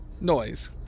noise